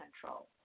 control